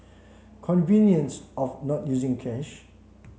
convenience of not using cash